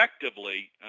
effectively